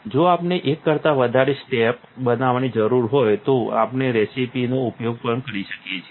જો આપણે એક કરતા વધારે સ્ટેપ બનાવવાની જરૂર હોય તો આપણે રેસીપી નો ઉપયોગ પણ કરી શકીએ છીએ